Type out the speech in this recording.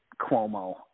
Cuomo